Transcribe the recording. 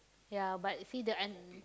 ya but see the end